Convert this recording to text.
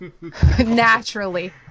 Naturally